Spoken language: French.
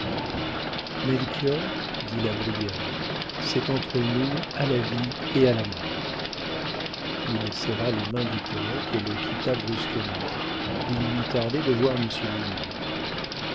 melchior dit la brière c'est entre nous à la vie et à la mort il serra les mains du poëte et le quitta brusquement il lui tardait de voir monsieur mignon